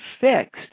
fixed